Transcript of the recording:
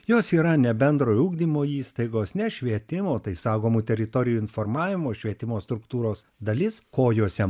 jos yra ne bendrojo ugdymo įstaigos ne švietimo tai saugomų teritorijų informavimo švietimo struktūros dalis ko jose